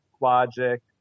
logic